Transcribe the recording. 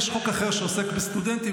יש חוק אחר שעוסק בסטודנטים.